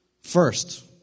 First